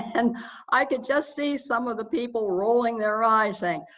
and i could just see some of the people rolling their eyes saying,